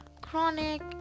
chronic